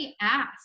ask